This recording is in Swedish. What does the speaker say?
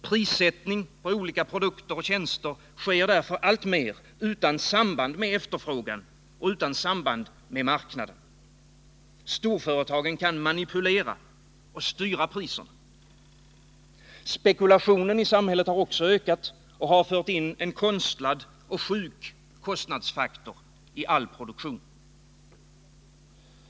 Prissättningen på olika produkter och tjänster sker alltmer utan samband med efterfrågan och marknaden — storföretagen kan manipulera och styra priserna. Spekulationen i samhället har också ökat och har fört in en konstlad och sjuk kostnadsfaktor i all produktion.